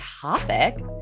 topic